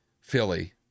Philly